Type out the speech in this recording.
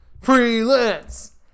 freelance